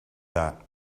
that